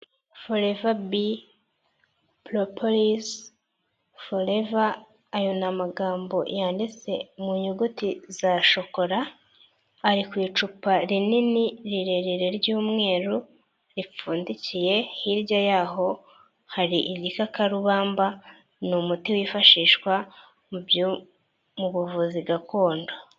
Foreva bi puroporisi foreva ayo ni amagambo yanditse mu nyuguti za shokora, ari ku icupa rinini rirerire ry'umweru ripfundikiye, hirya y'aho hari igikakakarubamba ni umuti wifashishwa mu buvuzi gakondo.